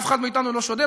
אף אחד מאתנו לא שודד,